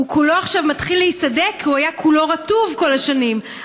כולו מתחיל להיסדק עכשיו כי הוא היה כולו רטוב כל השנים,